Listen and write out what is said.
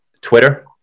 Twitter